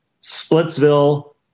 Splitsville